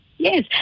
Yes